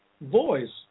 voice